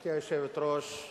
גברתי היושבת-ראש,